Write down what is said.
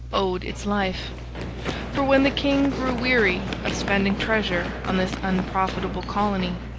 owed its life for when the king grew weary of spending treasure on this unprofitable colony,